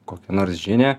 kokią nors žinią